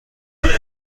پیدا